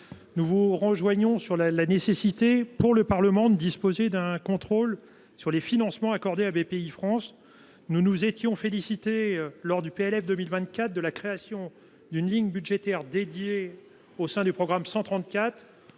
ces amendements sur la nécessité pour le Parlement de disposer d’un contrôle sur les financements accordés à Bpifrance. Nous nous étions félicités, lors de l’examen du PLF pour 2024, de la création d’une ligne budgétaire dédiée au sein du programme 134.